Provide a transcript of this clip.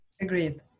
Agreed